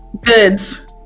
Goods